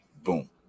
Boom